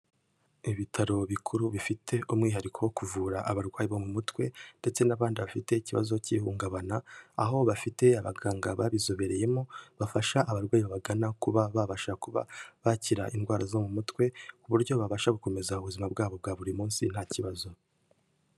Ibitaro bikuru bifite umwihariko wo kuvura abarwayi bo mu mutwe ndetse n'abandi bafite ikibazo cy'ihungabana, aho bafite abaganga babizobereyemo bafasha abarwayi babagana kuba babasha kuba bakira indwara zo mu mutwe ku buryo babasha gukomeza ubuzima bwabo bwa buri munsi nta kibazo.